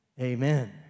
amen